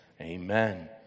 Amen